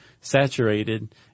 saturated